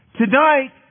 Tonight